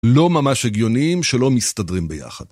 לא ממש הגיונים שלא מסתדרים ביחד.